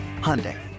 Hyundai